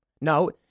No